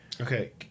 Okay